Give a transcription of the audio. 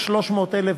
שכבודם נרמס.